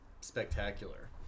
spectacular